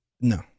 No